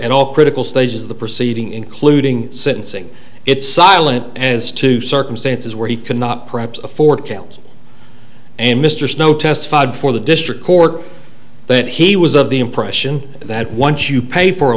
and all critical stages of the proceeding including sentencing it's silent as to circumstances where he cannot perhaps afford counsel and mr snow testified for the district court that he was of the impression that once you pay for a